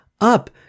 Up